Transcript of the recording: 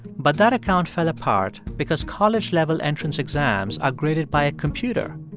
but that account fell apart because college-level entrance exams are graded by a computer,